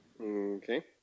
Okay